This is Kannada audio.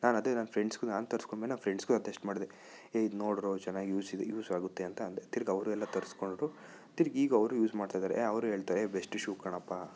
ನಾನು ಅದೇ ನನ್ನ ಫ್ರೆಂಡ್ಸ್ಗೂ ನಾನು ತರಿಸ್ಕೊಂಡ್ಮೇಲೆ ನನ್ನ ಫ್ರೆಂಡ್ಸ್ಗೂ ಸಜೆಸ್ಟ್ ಮಾಡ್ದೆ ಏ ಇದು ನೋಡ್ರೋ ಚೆನ್ನಾಗಿ ಯೂಸ್ ಇದೆ ಯೂಸ್ ಆಗುತ್ತೆ ಅಂತ ಅಂದೆ ತಿರುಗ ಅವರು ಎಲ್ಲ ತರಿಸ್ಕೊಂಡ್ರು ತಿರುಗ ಈಗ ಅವ್ರೂ ಯೂಸ್ ಮಾಡ್ತಾ ಇದ್ದಾರೆ ಅವ್ರು ಹೇಳ್ತಾರೆ ಏ ಬೆಸ್ಟ್ ಶೂ ಕಣಪ್ಪ